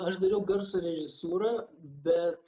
aš dariau garso režisūrą bet